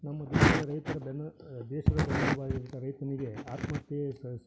ನಮ್ಮ ದೇಶದ ರೈತರ ಬೆನ್ನು ದೇಶದ ಬೆನ್ನೆಲುಬು ಆಗಿರುವಂಥ ರೈತನಿಗೆ ಆತ್ಮಹತ್ಯೆಯೇ ಸ ಸ